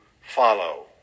follow